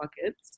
pockets